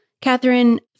Catherine